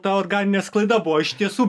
ta organinė sklaida buvo iš tiesų